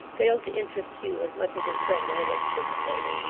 failed to interest hugh as much as his friend had anticipated.